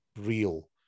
real